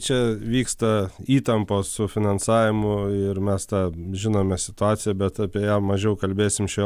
čia vyksta įtampos su finansavimu ir mes tą žinome situaciją bet apie ją mažiau kalbėsim šioje